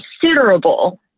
considerable